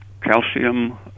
calcium